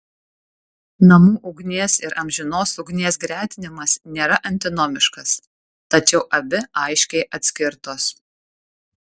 namų ugnies ir amžinos ugnies gretinimas nėra antinomiškas tačiau abi aiškiai atskirtos